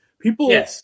People